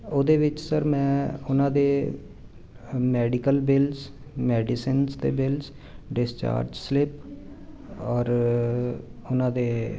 ਉਹਦੇ ਵਿੱਚ ਸਰ ਮੈਂ ਉਹਨਾਂ ਦੇ ਮੈਡੀਕਲ ਬਿਲਸ ਮੈਡੀਸਨਸ ਦੇ ਬਿਲਸ ਡਿਸਚਾਰਜ ਸਲਿਪ ਔਰ ਉਹਨਾਂ ਦੇ